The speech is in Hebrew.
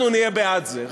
אנחנו נהיה בעד זה,